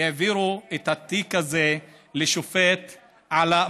העבירו את התיק הזה לשופט עלאא מסארווה.